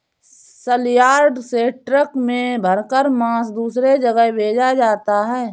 सलयार्ड से ट्रक में भरकर मांस दूसरे जगह भेजा जाता है